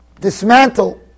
dismantle